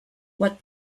what